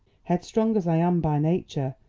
headstrong as i am by nature,